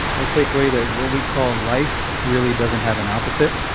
i take away that what we call life really doesn't have an opposite.